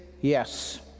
yes